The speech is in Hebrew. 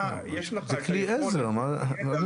יש לך את היכולת --- זה כלי עזר, מה זה משנה?